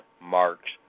Marx